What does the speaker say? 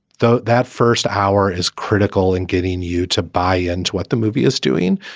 though, that first hour is critical in getting you to buy into what the movie is doing.